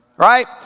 right